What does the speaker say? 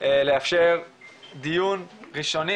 לאפשר דיון ראשוני,